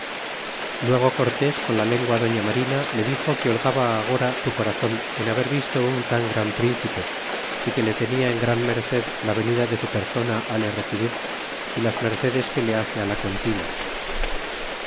luego cortés con la lengua daña marina le dixo que holgaba agora su eorazon en haber visto un tan gran príncipe y que le tenia en gran merced la venida de su persona le recibir y las mercedes que le hace la contina